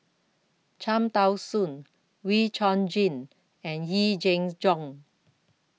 Cham Tao Soon Wee Chong Jin and Yee Jenn Jong